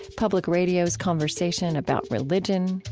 public radio's conversation about religion,